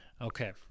okay